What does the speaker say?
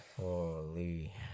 holy